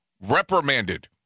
reprimanded